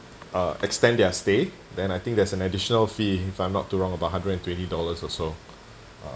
uh extend their stay then I think there's an additional fee if I'm not too wrong about hundred and twenty dollars or so